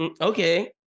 Okay